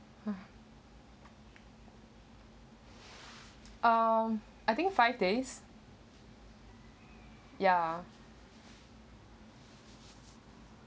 um I think five days ya